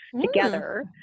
together